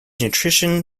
nutrition